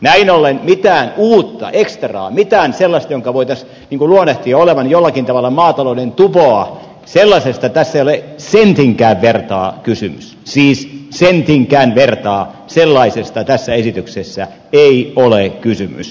näin ollen mistään uudesta ekstrasta mistään sellaisesta jonka voitaisiin luonnehtia olevan jollakin tavalla maatalouden tupoa tässä ei ole sentinkään vertaa kysymys siis sentinkään vertaa sellaisesta tässä esityksessä ei ole kysymys